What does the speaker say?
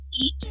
eat